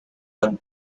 one